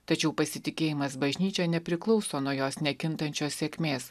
tačiau pasitikėjimas bažnyčia nepriklauso nuo jos nekintančios sėkmės